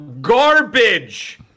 Garbage